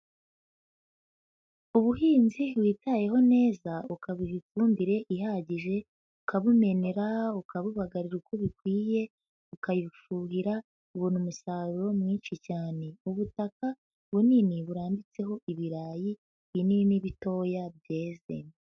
Ubuhinzi witayeho neza ukabuha ifumbire ihagije, ukabumenera, ukabubagarira uko bikwiye, ukayifuhira ubona umusaruro mwinshi cyane, ubutaka bunini burambitseho ibirayi binini n'ibitoya byeze.